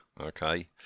okay